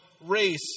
race